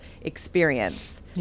experience